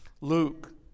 Luke